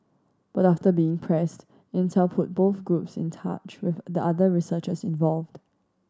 but after being pressed Intel put both groups in touch with the other researchers involved